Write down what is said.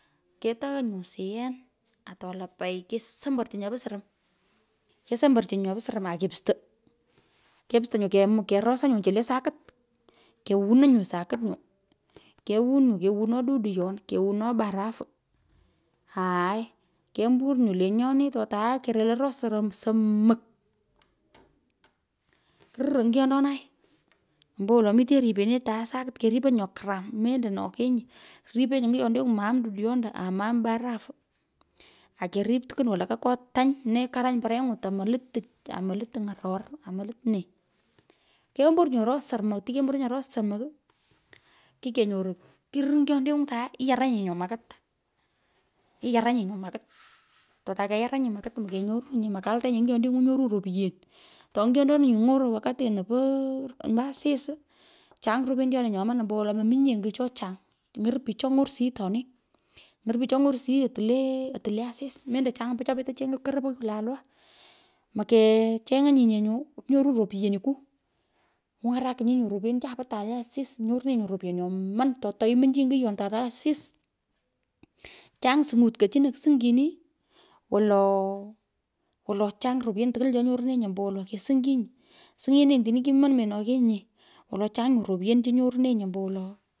Keto nyu can atu lapai kesembarchi nyopo surum kesemborchi nyopo surum, akepusto, kupusto nyu kerosa chu le sakit kewuno nyu sakit nyo, kuwun nyu kewono dudoyon, kewuno barafu aai kemburnyu lenyoi to atae kerel aroo surum somon kurirr onyiyondonai, embowolo mitenyi ripene atae sakit, keriponyi, nyo karam mendo nokenyi ripenyi nyiyondeng'u maam dudoyondo amo aam barafu, akerip tukwn walaka nyo tany, nee kurunyi, parency'u tomo lut tich amolot ng’oror, amelut nee kembur nyu aroo sormo tini ke mboronyi aroo somok kikenyoru kirir nyiyondengu atae, iyaranyi nyu makit. iyuaranyi nyo makit, ta keyaranyi, makit mokenyerunye makaltenyinye ny’uyondeng’u nyorunyi ropyen to ngiyondonu nyeroi wakutini po asis chany ropyenichoni nyoman ombowolo mominye ngiy cho chang ny’oru pich cho ny’orshiyi atoni, nyoru pich cho ny’orishiyi ati, leo ati lee asis, mendo chang pich cho petei kuchenyei koro pogh lalwa. Mokecheny’anyinye nyu nyoronyi, ropyeniku. Kung’arakinyi ropyenichai po ata le asis, nyoronenyi, nyo ropyen nyoman ato taiminchinyi ngiyon tu ata le asis, chang sunyutko chini, kusung chini woloo, wolo chany ropyeno tukwol cho nyorunenyi. ombowolo kisungchinyi, suny’enenyi tini kwimon menokenyinye wolo chang nyu ropyenu cho nyorunenyi ombowolo.